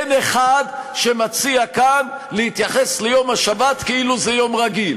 אין אחד שמציע כאן להתייחס ליום השבת כאילו זה יום רגיל